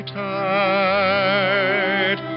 tight